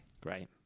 Great